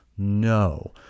No